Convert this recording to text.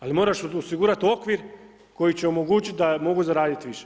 Ali moraš osigurati okvir koji će omogućiti da mogu zaraditi više.